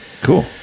Cool